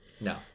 No